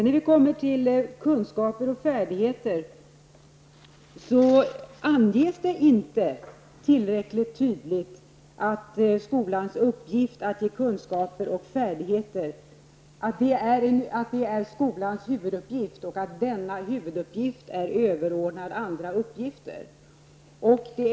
Sedan tycker jag inte att det anges tillräckligt tydligt att skolans huvuduppgift är att ge kunskaper och färdigheter och att denna huvuduppgift är överordnad andra uppgifter.